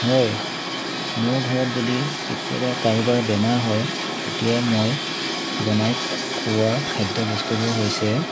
হয় মোৰ ঘৰত যদি কেতিয়াবা কাৰোবাৰ বেমাৰ হয় তেতিয়া মই বনাই খুৱা খাদ্য বস্তুবোৰ হৈছে